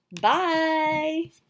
Bye